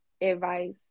advice